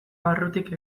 barrutik